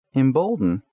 embolden